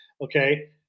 Okay